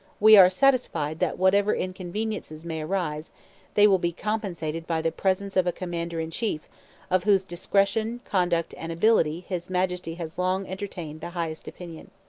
we are satisfied that whatever inconveniences may arise they will be compensated by the presence of a commander-in-chief of whose discretion, conduct, and ability his majesty has long entertained the highest opinion